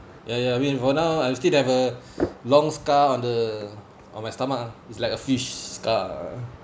ya ya mean for now I'll still have a long scar on the on my stomach uh is like a fish scar